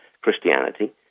Christianity